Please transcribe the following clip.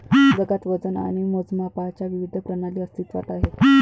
जगात वजन आणि मोजमापांच्या विविध प्रणाली अस्तित्त्वात आहेत